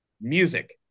Music